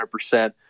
100%